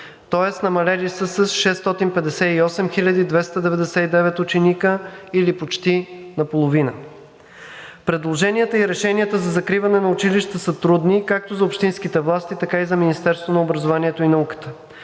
тоест намалели са с 658 хиляди 299 ученици, или почти наполовина. Предложенията и решенията за закриване на училищата са трудни както за общинските власти, така и за Министерството на образованието и науката.